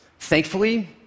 Thankfully